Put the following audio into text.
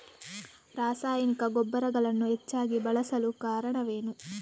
ರಾಸಾಯನಿಕ ಗೊಬ್ಬರಗಳನ್ನು ಹೆಚ್ಚಾಗಿ ಬಳಸಲು ಕಾರಣವೇನು?